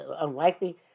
unlikely